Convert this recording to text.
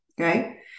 okay